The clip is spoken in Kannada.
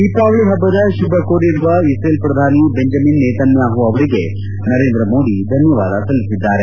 ದೀಪಾವಳಿ ಹಬ್ಬದ ಶುಭ ಕೋರಿರುವ ಇಸೇಲ್ ಪ್ರಧಾನಿ ಬೆಂಜಮಿನ್ ನೇತನ್ಣಾಪು ಅವರಿಗೆ ನರೇಂದ್ರಮೋದಿ ಧನ್ವವಾದ ಸಲ್ಲಿಸಿದ್ದಾರೆ